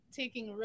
taking